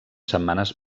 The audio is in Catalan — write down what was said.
setmanes